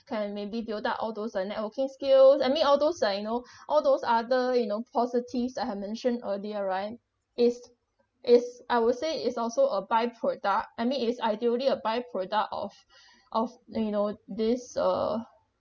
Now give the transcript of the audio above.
can maybe build up all those like networking skills I mean all those like you know all those other you know positives I have mentioned earlier right is is I would say it's also a byproduct I mean is ideally a byproduct of of you know this uh